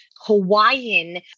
Hawaiian